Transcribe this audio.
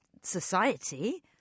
society